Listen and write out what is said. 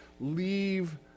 leave